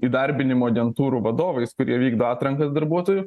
įdarbinimo agentūrų vadovais kurie vykdo atranką darbuotojų